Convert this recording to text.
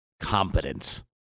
competence